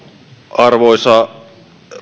arvoisa